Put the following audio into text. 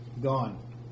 Gone